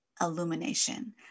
illumination